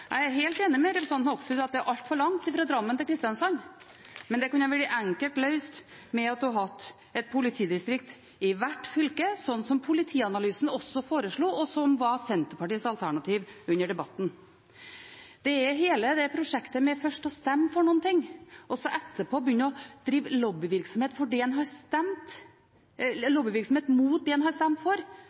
Jeg er helt enig med representanten Hoksrud i at det er altfor langt fra Drammen til Kristiansand, men det kunne vært løst enkelt ved å ha et politidistrikt i hvert fylke, sånn som Politianalysen også foreslo, og som var Senterpartiets alternativ under debatten. Det er hele prosjektet med først å stemme for noe og etterpå begynne å drive lobbyvirksomhet mot det man har stemt for, som er noe av problemet her for